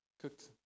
Cooked